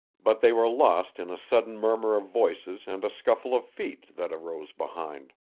but they were lost in a sudden murmur of voices and a scuffle of feet that arose behind.